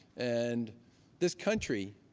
and this country,